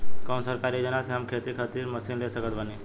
कौन सरकारी योजना से हम खेती खातिर मशीन ले सकत बानी?